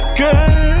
girl